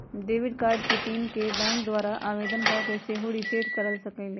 debit card के PIN के bank द्वारा आवेदन कऽ के सेहो रिसेट करबा सकइले